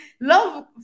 love